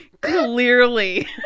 clearly